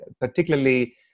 particularly